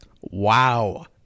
Wow